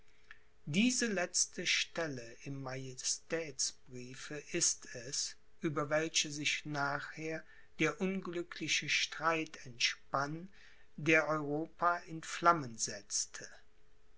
diese letzte stelle im majestätsbriefe ist es über welche sich nachher der unglückliche streit entspann der europa in flammen setzte